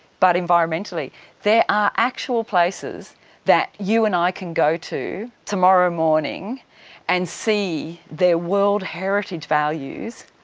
but environmentally there are actual places that you and i can go to tomorrow morning and see their world heritage values,